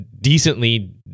decently